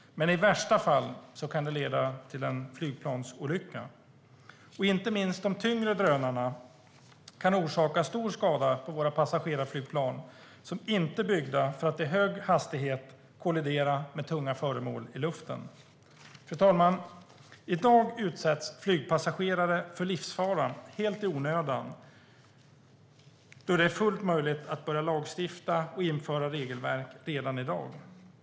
Men i värsta fall kan det leda till en flygplansolycka. Inte minst de tyngre drönarna kan orsaka stor skada på våra passagerarflygplan, som inte är byggda för att i hög hastighet kollidera med tunga föremål i luften. Fru talman! I dag utsätts flygpassagerare för livsfara helt i onödan då det är fullt möjligt att börja lagstifta och införa regelverk redan i dag.